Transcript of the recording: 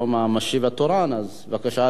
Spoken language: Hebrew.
בשם שר התחבורה והבטיחות בדרכים, אני מניח.